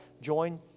join